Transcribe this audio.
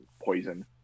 poison